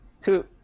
Two